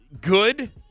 good